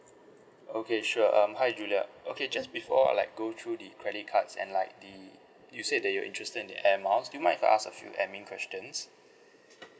okay sure um hi julia okay just before I'd like go through the credit cards and like the you said that you're interested in the air miles do you mind if I ask a few admin questions